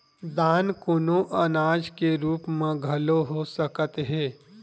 दान कोनो अनाज के रुप म घलो हो सकत हे